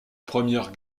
première